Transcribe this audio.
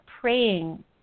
praying